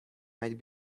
might